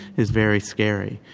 is very scary,